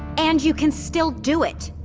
and you can still do it.